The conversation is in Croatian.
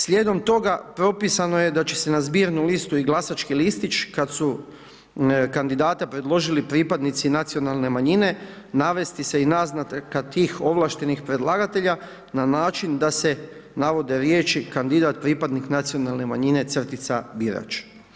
Slijedom toga propisano je da će se na zbirnu listu i glasački listić kad su kandidata predložili pripadnici nacionalne manjine navesti se i naznaka tih ovlaštenih predlagatelja na način da se navode riječi: kandidat pripadnik nacionalne manjine – birač.